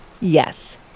Yes